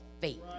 faith